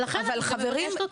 אבל חברים,